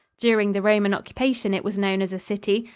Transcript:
during the roman occupation it was known as a city,